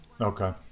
okay